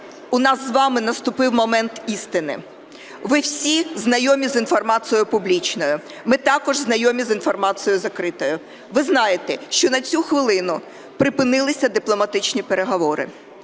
у нас з вами наступив момент істини. Ви всі знайомі з інформацією публічною. Ми також знайомі з інформацією закритою. Ви знаєте, що на цю хвилину припинилися дипломатичні переговори.